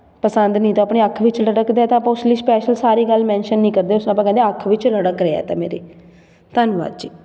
ਪਸੰਦ ਨਹੀਂ ਤਾਂ ਆਪਣੀ ਅੱਖ ਵਿੱਚ ਰੜਕਦਾ ਤਾਂ ਆਪਾਂ ਉਸ ਲਈ ਸਪੈਸ਼ਲ ਸਾਰੀ ਗੱਲ ਮੈਂਸ਼ਨ ਨਹੀਂ ਕਰਦੇ ਉਸਨੂੰ ਆਪਾਂ ਕਹਿੰਦੇ ਅੱਖ ਵਿੱਚ ਰੜਕ ਰਿਹਾ ਇਹ ਤਾਂ ਮੇਰੇ ਧੰਨਵਾਦ ਜੀ